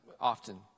often